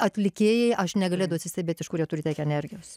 atlikėjai aš negalėdavau atsistebėt iš kur jie turi tiek energijos